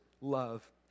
love